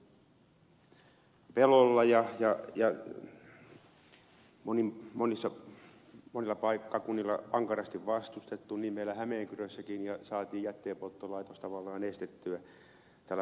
siihen on suhtauduttu pelolla ja monilla paikkakunnilla ankarasti vastustettu niin meillä hämeenkyrössäkin missä saatiin jätteenpolttolaitos tavallaan estettyä tällä vastustuksella